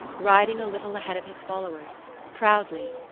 riding a little ahead of his followers, proudly,